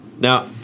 Now